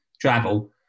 travel